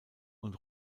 und